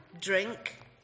drink